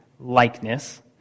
likeness